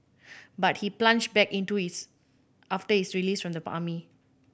but he plunged back into it after his release from the army